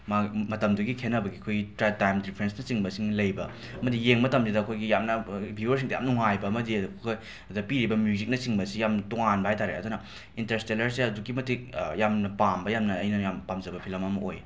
ꯃꯥ ꯃꯇꯝꯗꯨꯒꯤ ꯈꯦꯠꯅꯕꯒꯤ ꯑꯩꯈꯣꯏꯒꯤ ꯇ꯭ꯔꯥ ꯇꯥꯏꯝ ꯗꯤꯐ꯭ꯔꯦꯟꯁꯅꯆꯤꯡꯕꯁꯤꯡ ꯂꯩꯕ ꯑꯃꯗꯤ ꯌꯦꯡꯕ ꯃꯇꯝꯁꯤꯗ ꯌꯥꯝꯅ ꯕ꯭ꯌꯨꯋꯔꯁꯤꯡꯗ ꯌꯥꯝꯅ ꯅꯨꯡꯉꯥꯏꯕ ꯑꯃꯗꯤ ꯑꯩꯈꯣꯏ ꯑꯗ ꯄꯤꯔꯤꯕ ꯃ꯭ꯌꯨꯖꯤꯛꯅꯆꯤꯡꯕꯁꯤ ꯌꯥꯝꯅ ꯇꯣꯉꯥꯟꯕ ꯍꯥꯏ ꯇꯥꯔꯦ ꯑꯗꯨꯅ ꯏꯟꯇꯔꯁ꯭ꯇꯦꯂꯔꯁꯦ ꯑꯗꯨꯛꯀꯤ ꯃꯇꯤꯛ ꯌꯥꯝꯅ ꯄꯥꯝꯕ ꯌꯥꯝꯅ ꯑꯩꯅ ꯌꯥꯝꯅ ꯄꯥꯝꯖꯕ ꯐꯤꯂꯝ ꯑꯃ ꯑꯣꯏꯌꯦ